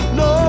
no